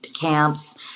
camps